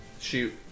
shoot